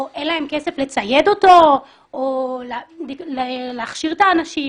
או אין להן כסף לצייד אותו או להכשיר את האנשים.